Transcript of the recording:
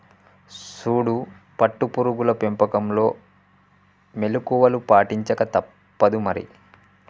సూడు పట్టు పురుగుల పెంపకంలో మెళుకువలు పాటించక తప్పుదు మరి